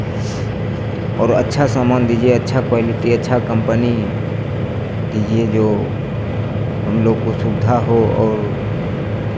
और अच्छा सामान दीजिए अच्छा क्वालेटी अच्छा कम्पनी दीजिए जो हम लोग को सुविधा हो और